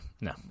No